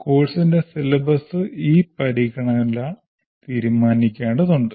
കോഴ്സിന്റെ സിലബസ് ഈ പരിഗണനകളാൽ തീരുമാനിക്കേണ്ടതുണ്ട്